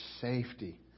safety